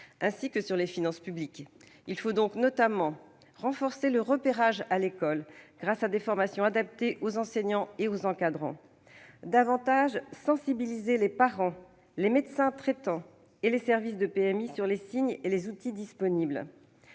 ainsi que sur les finances publiques. Il faut, notamment, renforcer le repérage à l'école, grâce à des formations adaptées aux enseignants et aux encadrants, et sensibiliser davantage les parents, les médecins traitants et les services de PMI sur les signes et les outils disponibles.